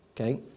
Okay